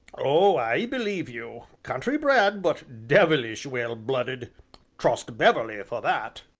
oh, i believe you! country bred, but devilish well-blooded trust beverley for that.